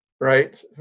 right